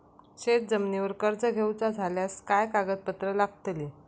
शेत जमिनीवर कर्ज घेऊचा झाल्यास काय कागदपत्र लागतली?